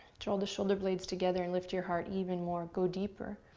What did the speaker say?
draw the shoulder blades together and lift your heart even more. go deeper.